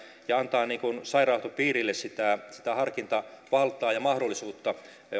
antaa sairaanhoitopiirille harkintavaltaa ja mahdollisuutta